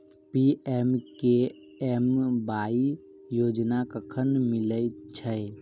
PMKMY योजना कखन मिलय छै?